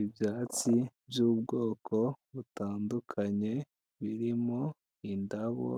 Ibyatsi by'ubwoko butandukanye, birimo indabo